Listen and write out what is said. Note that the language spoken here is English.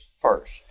first